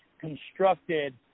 constructed